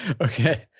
Okay